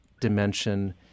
dimension